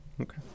Okay